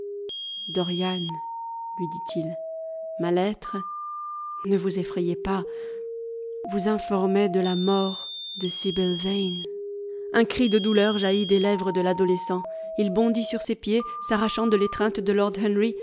dorian lui dit-il ma lettre ne vous effrayez pas vous informait de la mort de sibyl vane un cri de douleur jaillit des lèvres de l'adolescent il bondit sur ses pieds s'arrachant de l'étreinte de